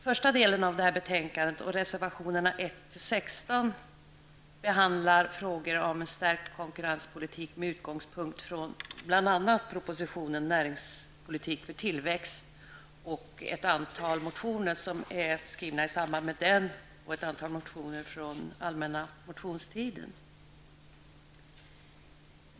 Första delen av betänkandet och reservationerna 1--16 behandlar frågor om förstärkt konkurrenspolitik med utgångspunkt bl.a. i propositionen Näringspolitik för tillväxt och ett antal motioner i anslutning till den samt ett antal motioner från allmänna motionstiden.